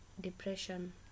depression